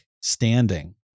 standing